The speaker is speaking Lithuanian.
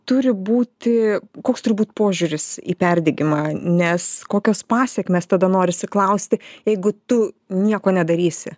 turi būti koks turi būt požiūris į perdegimą nes kokios pasekmės tada norisi klausti jeigu tu nieko nedarysi